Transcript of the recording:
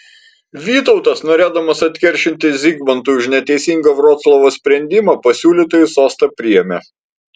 vytautas norėdamas atkeršyti zigmantui už neteisingą vroclavo sprendimą pasiūlytąjį sostą priėmė